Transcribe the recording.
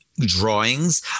drawings